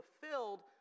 fulfilled